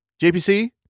JPC